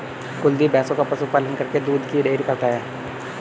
कुलदीप भैंसों का पशु पालन करके दूध की डेयरी करता है